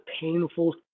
painful